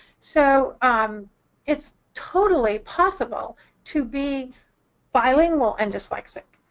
so um it's totally possible to be bilingual and dyslexic.